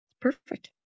Perfect